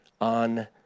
on